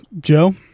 Joe